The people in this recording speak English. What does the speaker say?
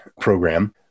program